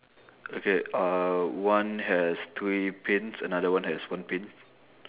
okay uh one has three pins another one has one pin